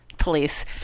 police